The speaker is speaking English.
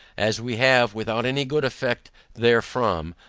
as we have, without any good effect therefrom,